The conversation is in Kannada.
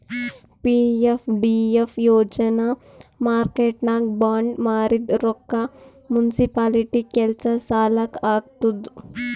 ಪಿ.ಎಫ್.ಡಿ.ಎಫ್ ಯೋಜನಾ ಮಾರ್ಕೆಟ್ನಾಗ್ ಬಾಂಡ್ ಮಾರಿದ್ ರೊಕ್ಕಾ ಮುನ್ಸಿಪಾಲಿಟಿ ಕೆಲ್ಸಾ ಸಲಾಕ್ ಹಾಕ್ತುದ್